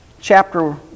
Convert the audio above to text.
chapter